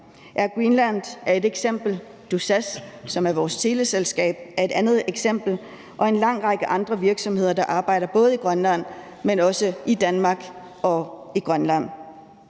Air Greenland er et eksempel, Tusass, som er vores teleselskab, er et andet eksempel, og der er en lang række andre virksomheder, der arbejder i Grønland, men også både i Danmark og i Grønland.